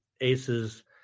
Ace's